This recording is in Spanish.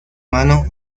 mano